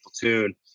platoon